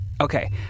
Okay